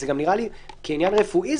גם כעניין רפואי,